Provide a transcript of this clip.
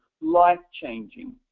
life-changing